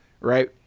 right